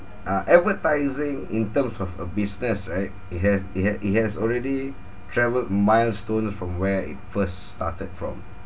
uh advertising in terms of a business right it ha~ it ha~ it has already travelled milestones from where it first started from